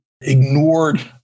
ignored